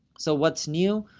so what's new?